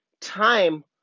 time